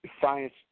Science